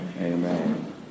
amen